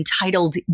entitled